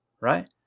Right